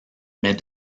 mais